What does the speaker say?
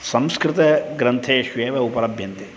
संस्कृतग्रन्थेष्वेव उपलभ्यन्ते